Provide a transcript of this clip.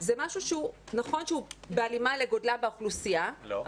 זה משהו שנכון שהוא בהלימה לגודלה באוכלוסייה --- לא.